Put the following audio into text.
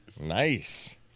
Nice